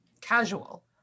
casual